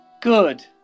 Good